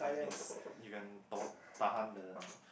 you can you can tol~ tahan the